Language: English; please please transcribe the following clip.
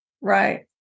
Right